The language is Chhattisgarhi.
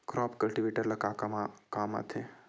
क्रॉप कल्टीवेटर ला कमा काम आथे?